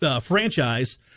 franchise –